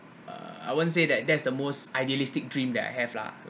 err I wouldn't say that that's the most idealistic dream that I have lah